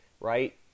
right